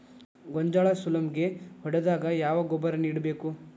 ಗೋಂಜಾಳ ಸುಲಂಗೇ ಹೊಡೆದಾಗ ಯಾವ ಗೊಬ್ಬರ ನೇಡಬೇಕು?